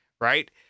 right